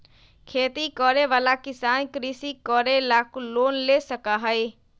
खेती करे वाला किसान कृषि करे ला लोन ले सका हई